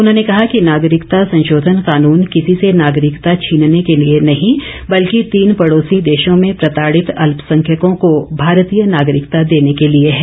उन्होंने कहा कि नागरिकता संशोधन कानून किसी से नागरिकता छीनने के लिए नहीं बल्कि तीन पड़ोसी देशों में प्रताड़ित अल्पसंख्यकों को भारतीय नागरिकता देने के लिए है